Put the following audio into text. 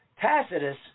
Tacitus